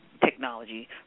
technology